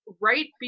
Right